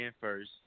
first